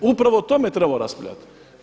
Upravo o tome trebamo raspravljati.